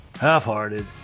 half-hearted